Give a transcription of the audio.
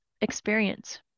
experience